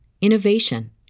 innovation